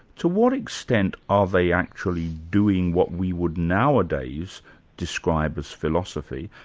to what extent are they actually doing what we would nowadays describe as philosophy,